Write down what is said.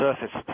surface